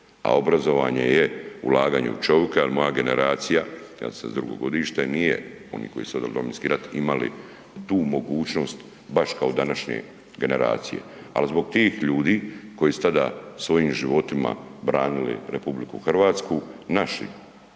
A obrazovanje je ulaganje u čovjeka jer moja generacija, ja sam '72. godište nije, oni koji su vodili Domovinski rat, imali tu mogućnost baš kao današnje generacije ali zbog tih ljudi koji su tada svojim životima branili RH, naša